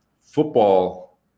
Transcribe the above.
Football